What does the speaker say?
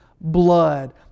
Blood